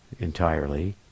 entirely